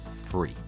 free